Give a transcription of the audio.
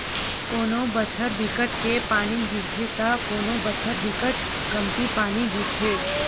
कोनो बछर बिकट के पानी गिरथे त कोनो बछर बिकट कमती पानी गिरथे